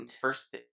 first